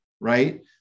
right